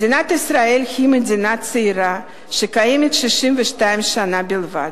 מדינת ישראל היא מדינה צעירה שקיימת 62 שנה בלבד,